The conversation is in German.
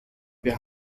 wir